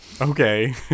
Okay